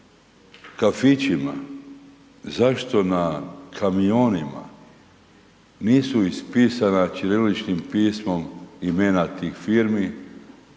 kafićima, zašto na kamionima nisu ispisana ćiriličnim pismom imena tih firmi,